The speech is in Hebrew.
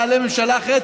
תעלה ממשלה אחרת,